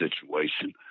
situation